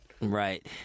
Right